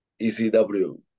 ECW